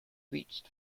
reached